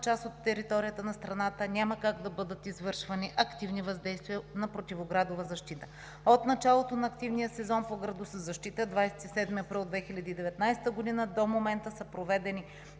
част от територията на страната няма как да бъдат извършвани активни въздействия на противоградова защита. От началото на активния сезон по градозащита – 27 април 2019 г., до момента са проведени